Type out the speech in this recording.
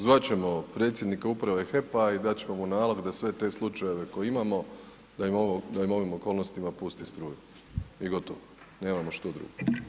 Zvat ćemo predsjednika Uprave HEP-a i dat ćemo mu nalog da sve te slučajeve koje imamo da im u ovim okolnostima pusti struju i gotovo, nemamo što drugo.